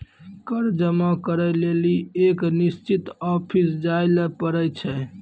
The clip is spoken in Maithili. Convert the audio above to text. कर जमा करै लेली एक निश्चित ऑफिस जाय ल पड़ै छै